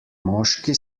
moški